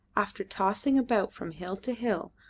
after tossing about from hill to hill,